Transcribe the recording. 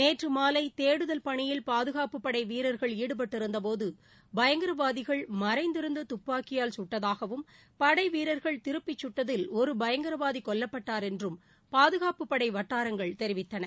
நேற்றுமாலை தேடுதல் பணியில் பாதுகாப்பு படை வீரர்கள் ஈடுபட்டிருந்த போது பயங்கரவாதிகள் மறைந்திருந்து துப்பாக்கியால் சுட்டதாகவும் படை வீரர்கள் திருப்பி சுட்டதில் ஒரு பயங்கரவாதி கொல்லப்பட்டார் என்றும் பாதுகாப்புப் படை வட்டாரங்கள் தெரிவித்தன